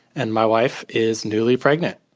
and my wife is newly pregnant.